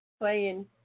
playing